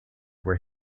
where